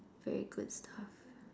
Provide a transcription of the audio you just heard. very good stuff